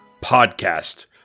podcast